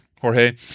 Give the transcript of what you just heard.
Jorge